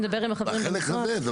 בחלק הזה.